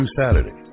Saturday